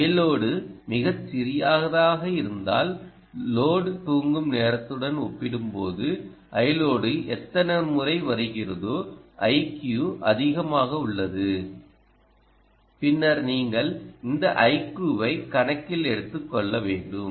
Iload மிகச் சிறியதாக இருந்தால் நோட் தூங்கும் நேரத்துடன் ஒப்பிடும்போது Iload எத்தனை முறை வருகிறதோ iQ அதிகமாக உள்ளது பின்னர் நீங்கள் இந்த iQ வை கணக்கில் எடுத்துக்கொள்ள வேண்டும்